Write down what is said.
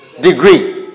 degree